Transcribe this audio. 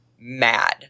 mad